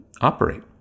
operate